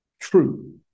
True